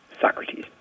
Socrates